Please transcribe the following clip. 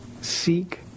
seek